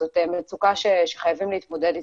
זאת מצוקה שחייבים להתמודד איתה,